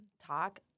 talk